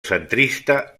centrista